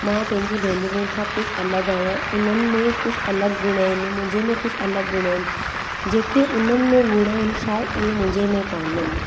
मां पंहिंजी भेनरुनि खां कुझु अलॻि आहियां उन्हनि में कुझु अलॻि गुण आहिनि मुंहिंजे में कुझु अलॻि गुण आहिनि जेके उन्हनि में गुण आहिनि शायदि उहे मुंहिंजे में कोन्हनि